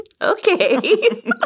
Okay